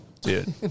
Dude